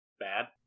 bad